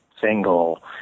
single